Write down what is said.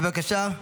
בבקשה.